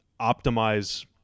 optimize